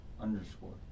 underscore